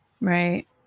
Right